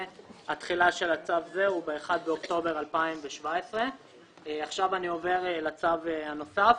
והתחילה של צו זה הוא ב-1 באוקטובר 2017. אני עובר לצו נוסף,